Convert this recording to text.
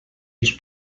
els